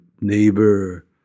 neighbor